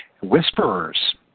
whisperers